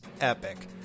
epic